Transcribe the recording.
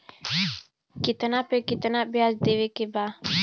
कितना पे कितना व्याज देवे के बा?